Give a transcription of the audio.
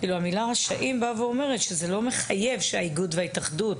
המילה "רשאים" באה ואומרת שזה לא מחייב שהאיגוד וההתאחדות